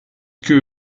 que